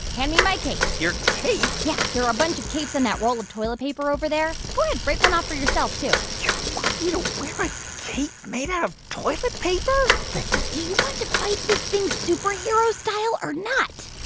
hand me my cape your cape? yeah, there are a bunch of capes in that roll of toilet paper over there. go ahead break one off for yourself, too you want me to wear a cape made out of toilet paper? listen do you want to fight this thing superhero-style or not?